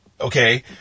okay